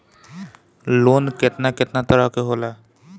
Loan केतना केतना तरह के होला?